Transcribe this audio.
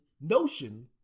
notion